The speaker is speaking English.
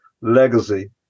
legacy